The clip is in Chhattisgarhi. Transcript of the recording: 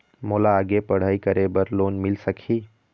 मोला आगे पढ़ई करे बर लोन मिल सकही?